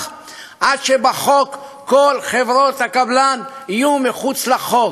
עד שבחוק כל חברות הקבלן יהיו מחוץ לחוק,